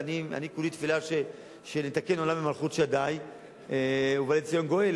אני כולי תפילה שנתקן עולם במלכות שדי ובא לציון גואל.